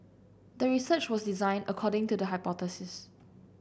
the research was designed according to the hypothesis